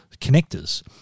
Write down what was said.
connectors